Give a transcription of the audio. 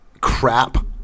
crap